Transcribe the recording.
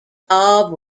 bob